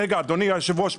אדוני היושב-ראש,